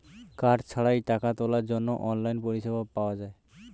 card ছাড়াই টাকা তোলার জন্য অনলাইন পরিষেবা পাওয়া যায়